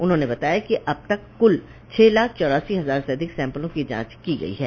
उन्होंने बताया कि अब तक कुछ छह लाख चौरासी हजार से अधिक सैम्पलों की जांच की गई है